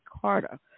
Carter